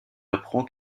apprend